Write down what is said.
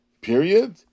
period